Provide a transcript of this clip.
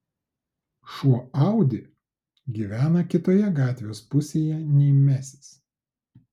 šuo audi gyvena kitoje gatvės pusėje nei mesis